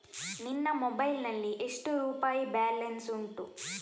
ನಿನ್ನ ಮೊಬೈಲ್ ನಲ್ಲಿ ಎಷ್ಟು ರುಪಾಯಿ ಬ್ಯಾಲೆನ್ಸ್ ಉಂಟು?